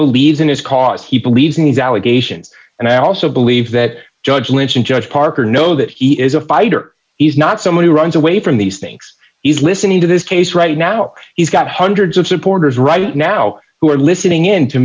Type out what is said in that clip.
believes in his cause he believes in these allegations and i also believe that judge lynch and judge parker know that he is a fighter he's not someone who runs away from these things he's listening to this case right now he's got hundreds of supporters right now who are listening in to